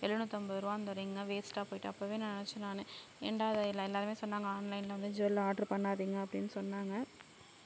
எழுநூற்றம்பது ரூபா அந்த ரிங் வேஸ்ட்டாக போய்ட்டு அப்படின்னு அப்பவே நான் நினச்சேன் நான் ஏன்டா அதை எல்லாம் எல்லாருமே சொன்னாங்க ஆன்லைனில் வந்து ஜுவெல் ஆர்டரு பண்ணாதீங்க அப்படின்னு சொன்னாங்க